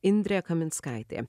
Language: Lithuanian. indrė kaminskaitė